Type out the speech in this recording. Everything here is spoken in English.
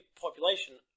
population